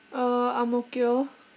uh ang mo kio